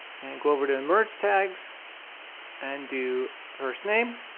and go over to emerge tags and do first name